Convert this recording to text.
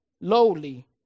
lowly